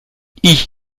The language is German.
ich